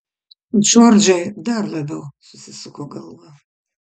džordžai dar labiau susisuko galva